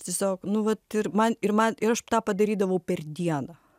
tiesiog nu vat ir man ir man ir aš tą padarydavau per dieną